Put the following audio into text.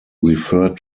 referred